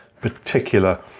particular